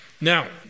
Now